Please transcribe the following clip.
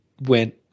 went